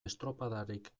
estropadarik